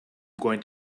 going